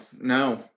no